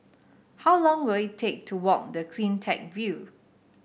how long will it take to walk the CleanTech View